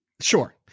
Sure